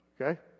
okay